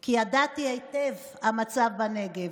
כי ידעתי היטב המצב בנגב,